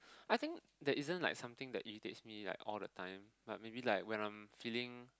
I think there isn't like something that irritates me like all the time like maybe like when I'm feeling